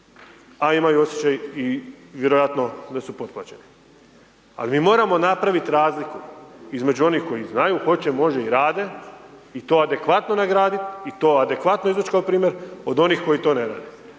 a imaju osjećaj i vjerojatno da su potplaćeni. Ali mi moramo napraviti razliku između onih koji znaju, hoće, može i rade i to adekvatno nagraditi i to adekvatno izvući kao primjer od onih koji to ne rade.